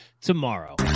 tomorrow